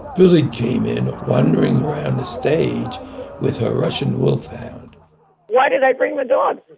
billy came in wondering round the stage with her russian wolfhound why did i bring the dog?